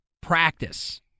practice